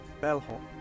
Bellhop